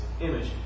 image